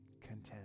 content